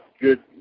good